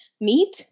meat